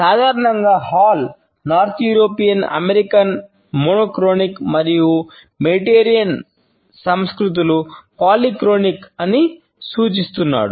సాధారణంగా హాల్ అని సూచిస్తున్నాడు